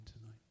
tonight